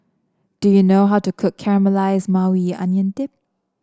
do you know how to cook Caramelized Maui Onion Dip